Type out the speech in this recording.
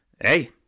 hey